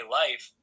life